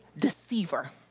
deceiver